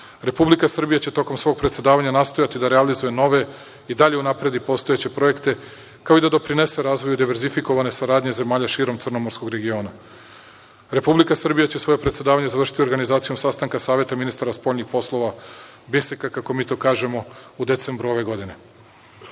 Republika Srbija će tokom svog predsedavanja nastojati da realizuje nove i dalje unapredi postojeće projekte, kao i da doprinese razvoju diverzifikovane saradnje zemalja šireg crnomorskog regiona. Republika Srbija će svoje predsedavanje završiti organizacijom sastanka Saveta ministara spoljnih poslova BISEK-a, kako mi to kažemo, u decembru ove godine. Bez